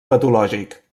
patològic